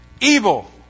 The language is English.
evil